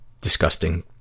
disgusting